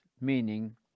meaning